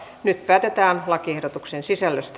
nyt päätetään lakiehdotuksen sisällöstä